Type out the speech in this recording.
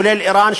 כולל איראן,